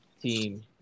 team